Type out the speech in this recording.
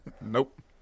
Nope